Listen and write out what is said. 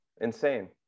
Insane